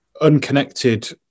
unconnected